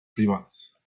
privadas